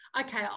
okay